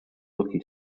lucky